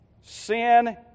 sin